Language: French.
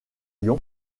riom